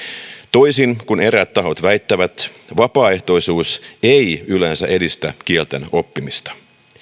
toisin kuin eräät tahot väittävät vapaaehtoisuus ei yleensä edistä kielten oppimista